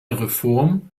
reform